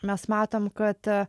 mes matom kad